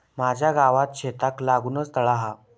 माझ्या गावात शेताक लागूनच तळा हा